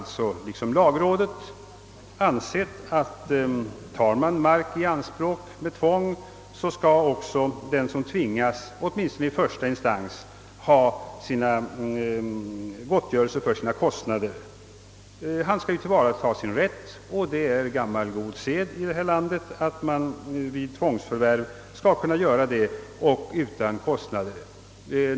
Liksom lagrådet har vi ansett att om man tar mark i anspråk under tvång, skall den som tvingas få gottgörelse för sina kostnader, åtminstone i första instans. Han skall ju tillvarata sin rätt, och det är gammal god sed här i landet att man vid tvångsförvärv skall kunna göra detta utan kostnader.